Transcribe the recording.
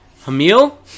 Hamill